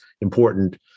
important